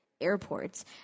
airports